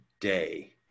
day